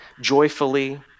joyfully